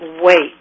wait